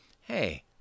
Hey